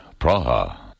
Praha